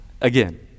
Again